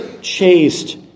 chaste